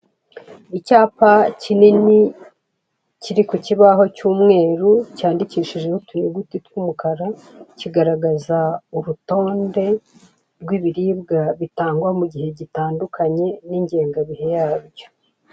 Icyapa kinini kiri kukibaho cy'umweru cyandikishijweho utunyuguti tw'umukara, kigaragaza urutonde rw'ibiribwa bitangwa mu gihe gitandukanye n'ingengabihe yabyo.